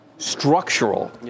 Structural